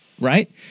Right